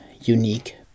unique